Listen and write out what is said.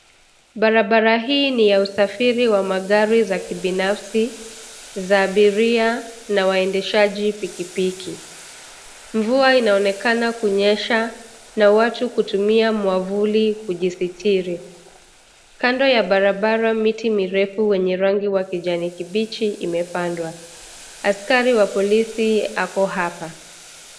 Barabara hii ni ya usafiri wa magari za kibinafsi, za abiria, na waendeshaji pikipiki. Mvua inaonekana kunyesha, na watu kutumia mwavuli kujisitiri. Kando ya barabara miti mirefu wenye rangi wa kijani kibichi imepandwa. Askari wa polisi ako hapa.